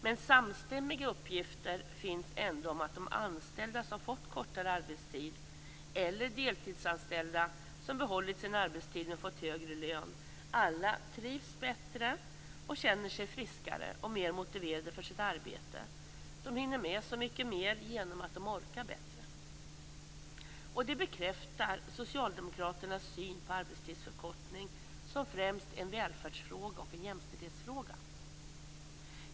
Men samstämmiga uppgifter finns ändå om att de anställda som fått kortare arbetstid eller deltidsanställda som behållit sin arbetstid men fått högre lön alla trivs bättre och känner sig friskare och mer motiverade för sitt arbete. De hinner med så mycket mer genom att de orkar bättre. Det bekräftar Socialdemokraternas syn på arbetstidsförkortning som främst en välfärdsfråga och en jämställdhetsfråga.